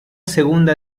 segunda